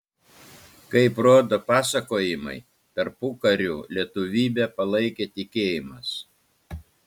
kaip rodo pasakojimai tarpukariu lietuvybę palaikė tikėjimas